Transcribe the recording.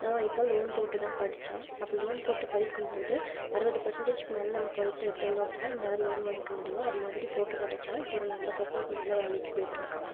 அவன் இப்போ லோன் போட்டு தான் படிச்சான் அப்போ லோன் போட்டு படிக்கும் போது அறுபது பெர்ஸண்டேஜ்க்கு மேலே நம்ம டூவல்த்தில் எடுத்திருந்தோம் அப்படின்னா நம்மளால் லோன் வாங்கிக்க முடியும் அது மாதிரி போட்டு படிச்சான் இப்போது ஒரு நல்ல ஒரு அப்பப்போ நல்ல வேலைக்கு போயிகிட்டுருக்கான்